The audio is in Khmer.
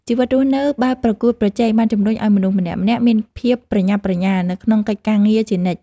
ជីវិតរស់នៅបែបប្រកួតប្រជែងបានជម្រុញឱ្យមនុស្សម្នាក់ៗមានភាពប្រញាប់ប្រញាល់នៅក្នុងកិច្ចការងារជានិច្ច។